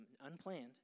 unplanned